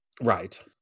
Right